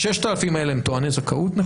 ה-6,000 האלה נחשבים טועני זכאות.